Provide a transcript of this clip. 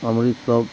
Amritsar